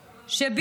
צודק, צודק.